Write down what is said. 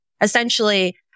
essentially